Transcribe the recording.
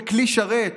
ככלי שרת